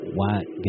white